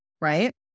right